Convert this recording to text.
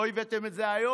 לא הבאתם את זה היום